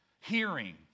Hearing